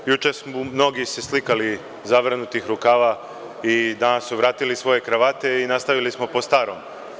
Juče su se mnogi slikali zavrnutih rukava i danas su vratili svoje kravate i nastavili smo po starom.